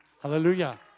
Hallelujah